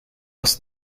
was